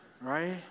Right